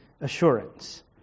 assurance